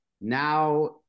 Now